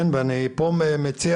היום אני חושב שיש בג'וליס, יש בירכא,